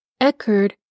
Eckerd